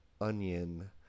onion